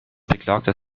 beklagte